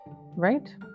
Right